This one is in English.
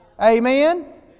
Amen